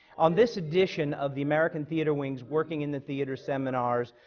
on this edition of the american theatre wing's working in the theatre seminars,